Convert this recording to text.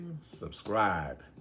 subscribe